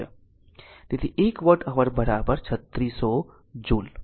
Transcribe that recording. તેથી 1 watt hour 3600 joule